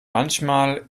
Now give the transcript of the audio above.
manchmal